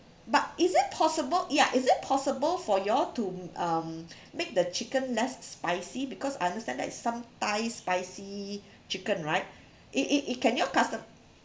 but is it possible yeah is it possible for you all to um make the chicken less spicy because I understand that is some thai spicy chicken right it it it can you all custom~